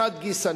מחד גיסא,